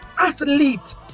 athlete